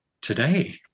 today